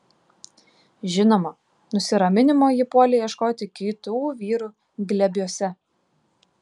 žinoma nusiraminimo ji puolė ieškoti kitų vyrų glėbiuose